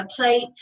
website